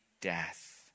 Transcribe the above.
death